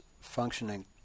functioning